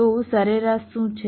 તો સરેરાશ શું છે